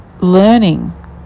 learning